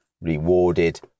rewarded